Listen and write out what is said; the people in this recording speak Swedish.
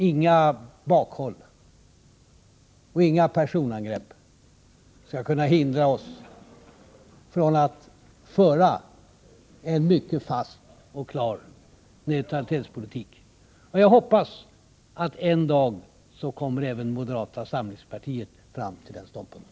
Inga bakhåll och inga personangrepp skall kunna hindra oss från att föra en mycket fast och klar neutralitetspolitik. Jag hoppas att även moderata samlingspartiet en dag kommer fram till den ståndpunkten.